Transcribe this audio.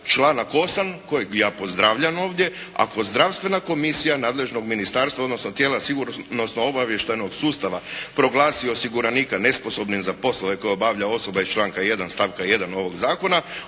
članak 8. kojeg ja pozdravljam ovdje ako zdravstvena komisija nadležnog ministarstva odnosno tijela sigurnosno-obavještajnog sustava proglasi osiguranika nesposobnim za poslove koje obavlja osoba iz članka 1. stavka 1. ovog zakona